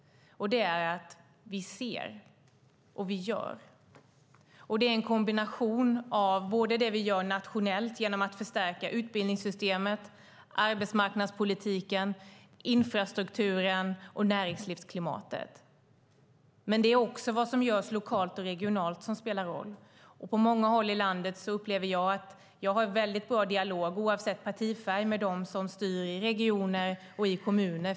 Det är att vi ser och att vi gör. Det är en kombination av det vi gör nationellt genom att förstärka utbildningssystemet, arbetsmarknadspolitiken, infrastrukturen och näringslivsklimatet och det som görs lokalt och regionalt, som också spelar roll. På många håll i landet upplever jag att jag har en väldigt bra dialog, oavsett partifärg, med dem som styr i regioner och i kommuner.